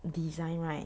design right